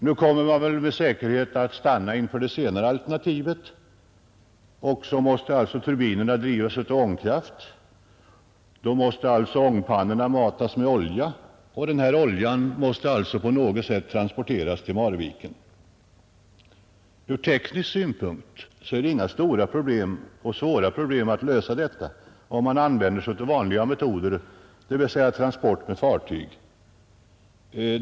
Nu kommer man med säkerhet att stanna inför det senare alternativet, och så måste alltså turbinerna drivas med ånga. Ångpannorna måste följaktligen matas med olja, och oljan måste på något sätt transporteras till Marviken. Ur teknisk synpunkt är det inga stora problem och inga svåra problem att lösa om man använder sig av vanliga metoder, dvs. transport med fartyg.